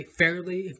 fairly